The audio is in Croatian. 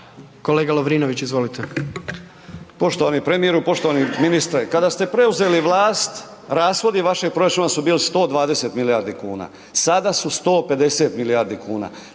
Ivan (Promijenimo Hrvatsku)** Poštovani premijeru, poštovani ministre, kada ste preuzeli vlast rashodi vašeg proračuna su bili 120 milijardi kuna, sada su 150 milijardi kuna,